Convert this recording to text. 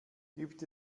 gibt